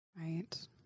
right